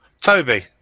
toby